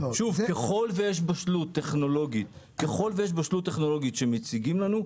ככול ויש בשלות טכנולוגית שמציגים לנו,